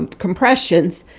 and compressions.